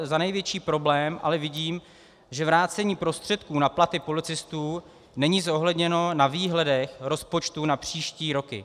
Za největší problém ale vidím, že vrácení prostředků na platy policistů není zohledněno na výhledech rozpočtů na příští roky.